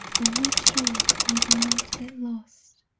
and make sure you do not get lost.